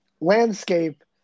landscape